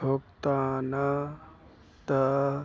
ਭੁਗਤਾਨ ਦਾ